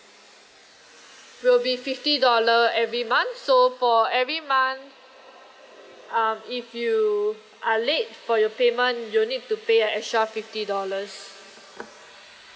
will be fifty dollar every month so for every month um if you are late for your payment you will need to pay an extra fifty dollars